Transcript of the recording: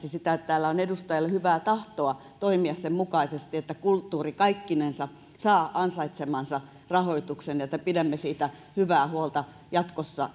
sitä että täällä on edustajilla hyvää tahtoa toimia sen mukaisesti että kulttuuri kaikkinensa saa ansaitsemansa rahoituksen ja että pidämme siitä hyvää huolta jatkossa